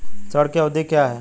ऋण की अवधि क्या है?